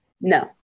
No